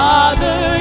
Father